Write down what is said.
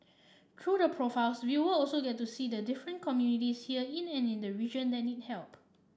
through the profiles viewer also get to see the different communities here in the region that need help